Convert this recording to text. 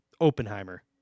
Oppenheimer